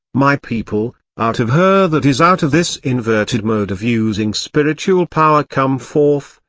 my people, out of her that is out of this inverted mode of using spiritual power come forth,